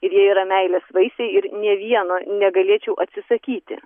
ir jie yra meilės vaisiai ir nė vieno negalėčiau atsisakyti